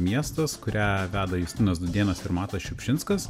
miestas kurią veda justinas dūdėnas ir matas šiupšinskas